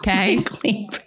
Okay